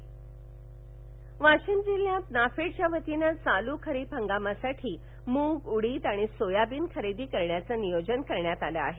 वाशिम पिक खरेदी वाशीम जिल्ह्यात नाफेडच्या वतीनं चालू खरीप हंगामासाठी मूग उडीद आणि सोयाबीन खरेदी करण्याचंनियोजन करण्यात आलं आहे